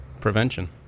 prevention